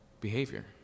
behavior